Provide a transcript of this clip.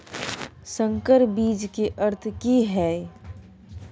संकर बीज के अर्थ की हैय?